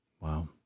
Wow